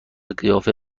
قیافه